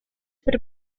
per